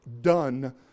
done